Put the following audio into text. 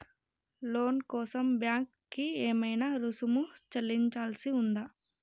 లోను కోసం బ్యాంక్ కి ఏమైనా రుసుము చెల్లించాల్సి ఉందా?